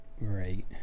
Right